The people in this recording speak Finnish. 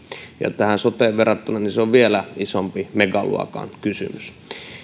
ja soteen verrattuna se on vielä isompi megaluokan kysymys